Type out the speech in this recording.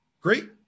great